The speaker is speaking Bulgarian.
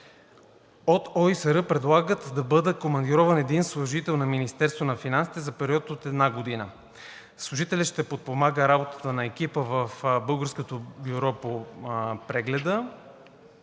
от ОИСР предлагат да бъде командирован един служител на Министерството на финансите за период от една година. Служителят ще подпомага работата на екипа в българското бюро по прегледа.